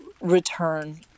return